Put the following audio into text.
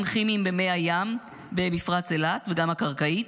כימיים במי הים במפרץ אילת וגם הקרקעית.